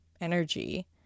energy